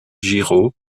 giraud